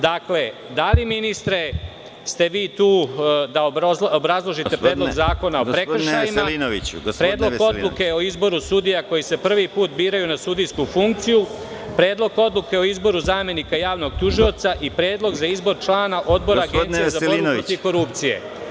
Dakle, da li ministre ste vi tu da obrazložite Predlog zakona o prekršajima, Predlog odluke o izboru sudija, koji se prvi put biraju na sudijsku funkciju, Predlog odluke o izboru zamenika javnog tužioca i Predlog za izbor člana Odbora Agencije za borbu protiv korupcije.